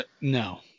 no